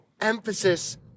emphasis